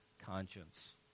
conscience